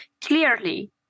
clearly